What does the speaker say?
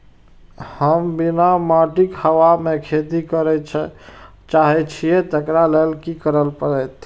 हम बिना माटिक हवा मे खेती करय चाहै छियै, तकरा लए की करय पड़तै?